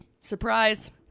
Surprise